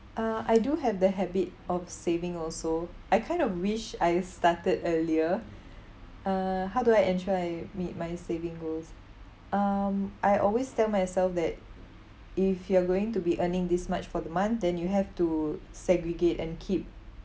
uh I do have the habit of saving also I kind of wish I started earlier uh how do I ensure I meet my saving goals um I always tell myself that if you're going to be earning this much for the month then you have to segregate and keep